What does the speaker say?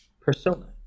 persona